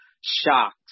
shocked